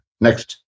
Next